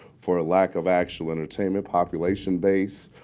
for a lack of actual entertainment population base.